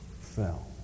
fell